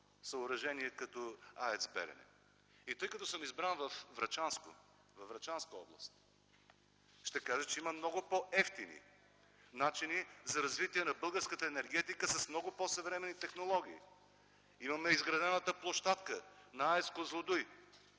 съоръжение като АЕЦ „Белене”. Тъй като съм избран в област Враца, ще кажа, че има много по-евтини начини за развитие на българската енергетика, с много по-съвременни технологии. Имаме изградената площадка на АЕЦ „Козлодуй”,